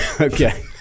Okay